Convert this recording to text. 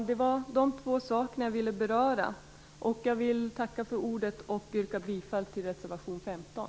Detta var de två saker som jag ville beröra. Jag tackar för ordet och yrkar ännu en gång bifall till reservation nr 15